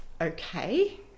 Okay